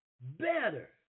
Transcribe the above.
better